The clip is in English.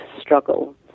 struggle